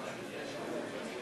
רק הודעה.